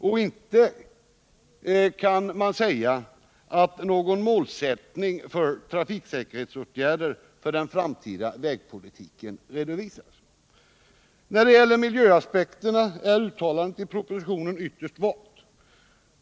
Och inte kan man säga att någon målsättning för trafiksäkerhetsåtgärder för den framtida vägpolitiken har redovisats. När det gäller miljöaspekterna är uttalandet i propositionen ytterst vagt.